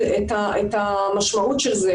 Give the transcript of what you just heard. את המשמעות של זה.